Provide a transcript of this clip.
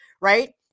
right